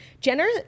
Jenner